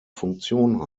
funktion